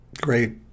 Great